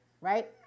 right